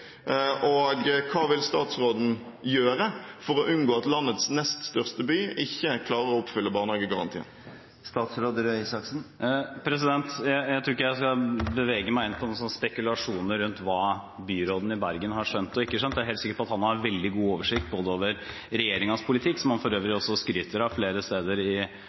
Hva vil statsråden gjøre for å unngå at landets nest største by ikke klarer å oppfylle barnehagegarantien? Jeg tror ikke jeg skal bevege meg inn på spekulasjoner rundt hva byråden i Bergen har skjønt og ikke skjønt. Jeg er helt sikker på at han har veldig god oversikt både over regjeringens politikk, som han for øvrig også skryter av flere steder i